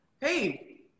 hey